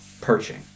perching